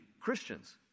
Christians